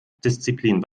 disziplin